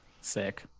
Sick